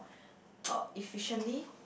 uh efficiently